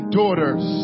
daughters